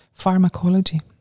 Pharmacology